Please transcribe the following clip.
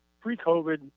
pre-COVID